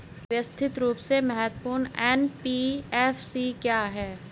व्यवस्थित रूप से महत्वपूर्ण एन.बी.एफ.सी क्या हैं?